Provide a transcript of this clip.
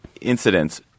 incidents